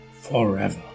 forever